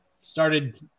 started –